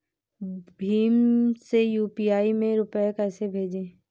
भीम से यू.पी.आई में रूपए कैसे भेजें?